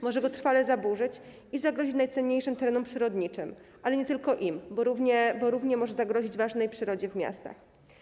Może go trwale zaburzyć i zagrozić najcenniejszym terenom przyrodniczym, ale nie tylko im, bo również może zagrozić ważnej przyrodzie w miastach.